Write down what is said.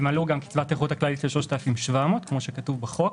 גם קצבת הנכות הכללית של 3,700 שקלים כמו שכתוב בחוק.